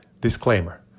Disclaimer